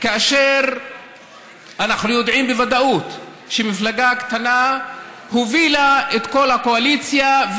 כאשר אנחנו יודעים בוודאות שמפלגה קטנה הובילה את כל הקואליציה,